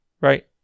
right